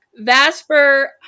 vasper